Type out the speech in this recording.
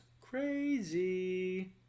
crazy